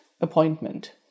appointment